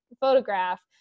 photograph